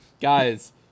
Guys